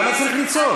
למה צריך לצעוק?